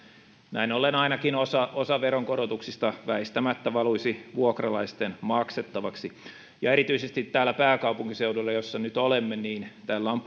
näin ollen ainakin osa osa veronkorotuksista väistämättä valuisi vuokralaisten maksettavaksi erityisesti täällä pääkaupunkiseudulla missä nyt olemme on